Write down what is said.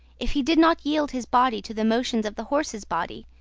if he did not yield his body to the motions of the horse's body,